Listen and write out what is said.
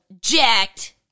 jacked